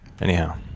Anyhow